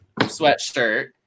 sweatshirt